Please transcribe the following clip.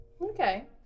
Okay